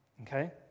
okay